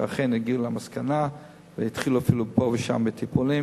שאכן הגיעו למסקנה והתחילו אפילו פה ושם בטיפולים.